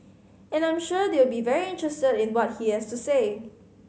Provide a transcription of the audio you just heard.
and I'm sure they'll be very interested in what he has to say